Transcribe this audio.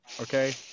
okay